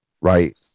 right